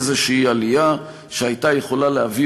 איזושהי עלייה שהייתה יכולה להביא